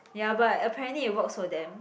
ya but apparently it works for them